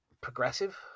progressive